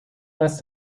less